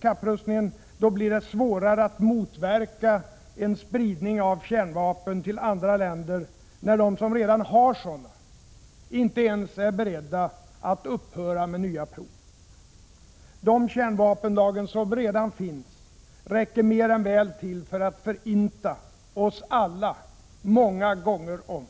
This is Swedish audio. kapprustningen blir det svårare att motverka en spridning av kärnvapen till andra länder, när de som redan har sådana inte ens är beredda att upphöra med nya prov. De kärnvapenlager som redan finns räcker mer än väl till för att förinta oss alla, många gånger om.